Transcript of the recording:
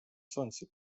сонці